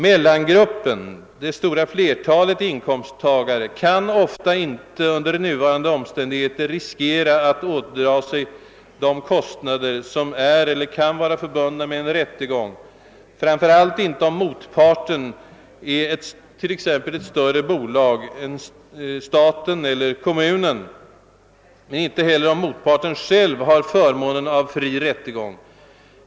Mellangruppen — det stora flertalet inkomsttagare — kan under nuvarande omständigheter ofta inte riskera att ådra sig de kostnader som är eller kan vara förbundna med en rättegång, framför allt inte om motparten är t.ex. ett större bolag, staten eller en kommun eller om motparten har förmånen av fri rättegång.